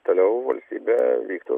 toliau valstybę vyktų